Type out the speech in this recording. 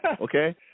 Okay